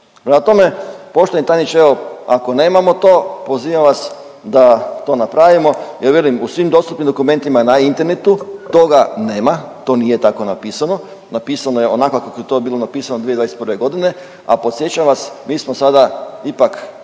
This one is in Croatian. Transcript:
tome, poštovani tajniče evo ako nemamo to pozivam vas da to napravimo jer velim u svim dostupnim dokumentima na internetu toga nema, to nije tako napisano, napisano je onako kako je to bilo napisano 2021. godine, a podsjećam vas mi smo sada ipak